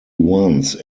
once